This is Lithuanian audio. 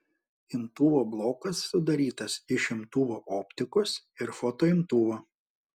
imtuvo blokas sudarytas iš imtuvo optikos ir fotoimtuvo